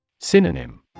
Synonym